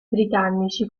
britannici